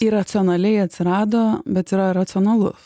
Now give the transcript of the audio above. iracionaliai atsirado bet yra racionalus